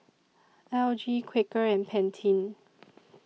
L G Quaker and Pantene